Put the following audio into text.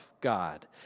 God